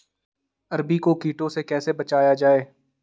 अरबी को कीटों से कैसे बचाया जाए?